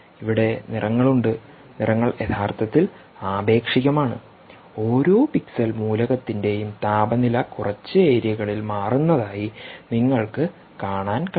ഇവിടെ നിറങ്ങൾ ഉണ്ട് നിറങ്ങൾ യഥാർത്ഥത്തിൽ ആപേക്ഷികമാണ് ഓരോ പിക്സൽ മൂലകത്തിന്റെയും താപനില കുറച്ച് ഏരിയകളിൽ മാറുന്നതായി നിങ്ങൾക്ക് കാണാൻ കഴിയും